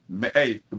hey